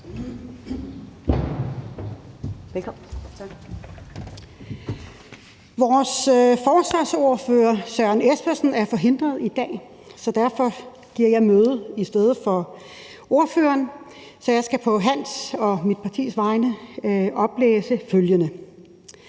Vores forsvarsordfører, hr. Søren Espersen, er forhindret i dag, så derfor giver jeg møde i stedet for ordføreren. Jeg skal på hans og mit partis vegne oplæse følgende: